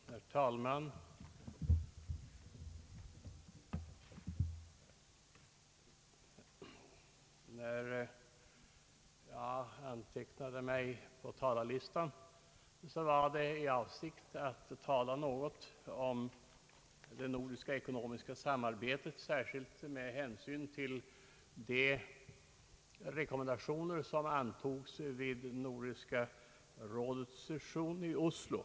Herr talman! När jag antecknade mig på talarlistan var det i avsikt att tala något om det nordiska ekonomiska samarbetet, särskilt med hänsyn till de rekommendationer som antogs vid Nordiska rådets session i Oslo.